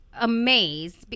amazed